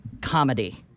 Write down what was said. comedy